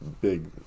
big